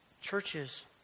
churches